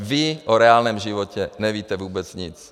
Vy o reálném životě nevíte vůbec nic.